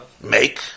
make